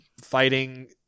fighting